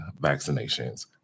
vaccinations